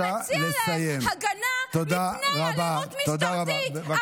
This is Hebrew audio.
הוא מציע הגנה מפני אלימות משטרתית.